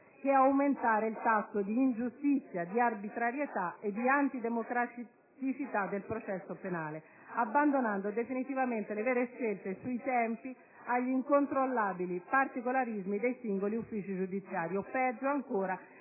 che aumentare il tasso di ingiustizia, di arbitrarietà e di antidemocraticità del processo penale, abbandonando definitivamente le vere scelte sui tempi agli incontrollabili particolarismi dei singoli uffici giudiziari o, peggio ancora,